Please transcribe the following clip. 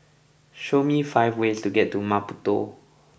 show me five ways to get to Maputo